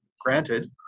granted